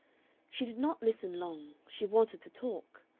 she did not listen long she wanted to talk.